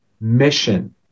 mission